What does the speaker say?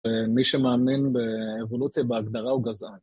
ומי שמאמין באבולוציה בהגדרה הוא גזען.